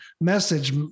message